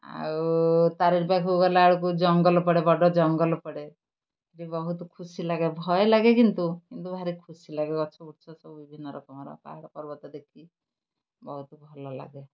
ଆଉ ତାରିଣୀ ପାଖକୁ ଗଲା ବେଳକୁ ଜଙ୍ଗଲ ପଡ଼େ ବଡ଼ ଜଙ୍ଗଲ ପଡ଼େ ସେଇଠି ବହୁତ ଖୁସି ଲାଗେ ଭୟ ଲାଗେ କିନ୍ତୁ କିନ୍ତୁ ଭାରି ଖୁସି ଲାଗେ ଗଛ ଗୁଛ ସବୁ ବିଭିନ୍ନ ରକମର ପାହାଡ଼ ପର୍ବତ ଦେଖି ବହୁତ ଭଲ ଲାଗେ